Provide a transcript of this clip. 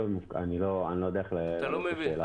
אני לא יודע איך לענות על השאלה הזאת.